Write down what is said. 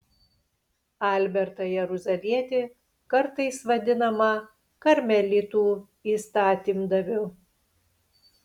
albertą jeruzalietį kartais vadinamą karmelitų įstatymdaviu